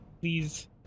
Please